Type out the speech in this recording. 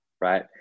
Right